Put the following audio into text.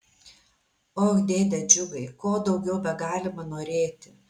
och dėde džiugai ko daugiau begalima norėti